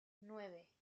nueve